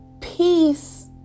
peace